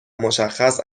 مشخص